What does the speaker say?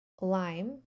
lime